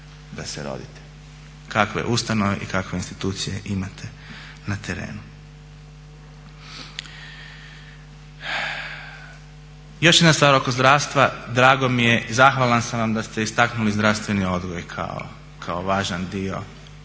da se rodite. Kakve ustanove i kakve institucije imate na terenu. Još jedna stvar oko zdravstva, drago mi, zahvalan sam da ste istaknuli zdravstveni odgoj kao važan dio